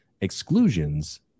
Exclusions